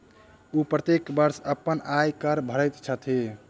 ओ प्रत्येक वर्ष अपन आय कर भरैत छथि